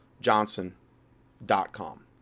johnson.com